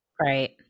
Right